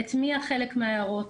הטמיעה חלק מההערות.